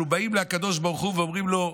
אנחנו באים לקדוש ברוך הוא ואומרים לו: